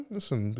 Listen